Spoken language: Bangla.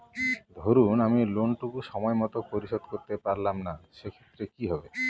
ধরুন আমি লোন টুকু সময় মত পরিশোধ করতে পারলাম না সেক্ষেত্রে কি হবে?